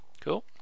cool